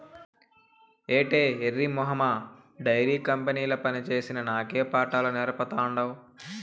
ఏటే ఎర్రి మొహమా డైరీ కంపెనీల పనిచేసిన నాకే పాఠాలు నేర్పతాండావ్